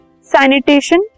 sanitation